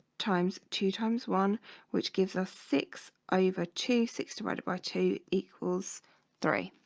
times two times one which gives us six over two six divided by two equals three